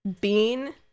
Bean